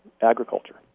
agriculture